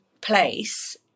place